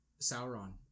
Sauron